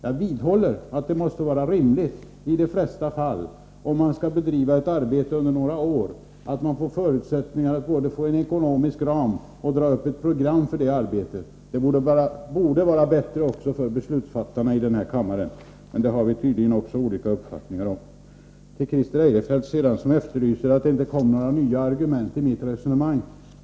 Jag vidhåller att det måste vara rimligt i de flesta fall, om man skall bedriva ett arbete under några år, att man får både en ekonomisk ram och ett program för arbetet. Det borde vara bättre även för beslutsfattarna här i kammaren, men det har vi tydligen också olika uppfattning om. Christer Eirefelt efterlyste nya argument i mitt resonemang.